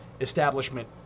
establishment